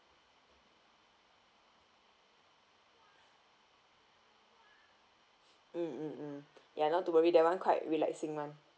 mm mm mm ya not to worry that [one] quite relaxing [one]